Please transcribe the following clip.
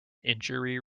injury